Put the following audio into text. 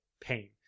pain